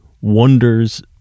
wonders